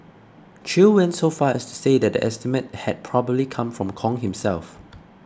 Chew went so far as to say that the estimate had probably come from Kong himself